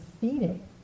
feeding